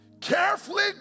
Carefully